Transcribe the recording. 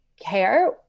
care